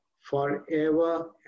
forever